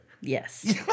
Yes